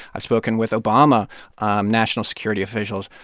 i've spoken with obama um national security officials.